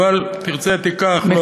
אבל תרצה, תיקח, לא, לא.